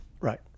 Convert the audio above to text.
right